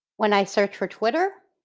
when i search for twitter,